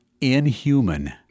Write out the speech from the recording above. inhuman